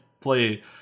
play